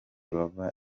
bava